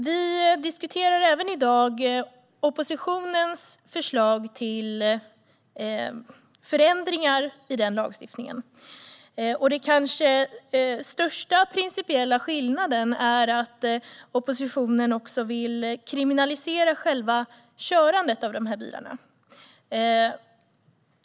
Vi diskuterar i dag även oppositionens förslag till förändringar i lagstiftningen. Den kanske största principiella skillnaden är att oppositionen också vill kriminalisera själva körandet av de här bilarna.